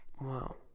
wow